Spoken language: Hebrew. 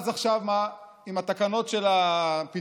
אז עכשיו מה, עם התקנות של הפיצויים?